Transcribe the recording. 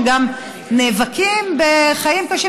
הם גם נאבקים בחיים קשים,